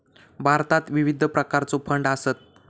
भारतात विविध प्रकारचो फंड आसत